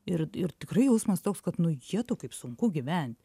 ir ir tikrai jausmas toks kad nu jetau kaip sunku gyvent